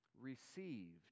received